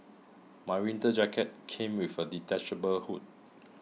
my winter jacket came with a detachable hood